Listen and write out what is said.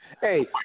Hey